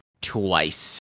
twice